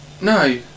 No